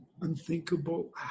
unthinkable